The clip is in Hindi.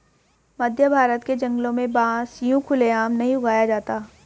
मध्यभारत के जंगलों में बांस यूं खुले आम नहीं उगाया जाता